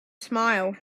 smile